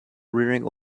rearing